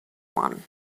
one